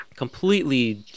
Completely